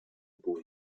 boy